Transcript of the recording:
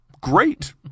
Great